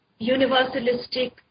universalistic